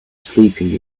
sleeping